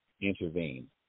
intervene